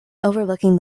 overlooking